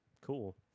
cool